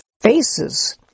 faces